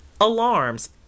Alarms